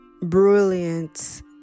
brilliant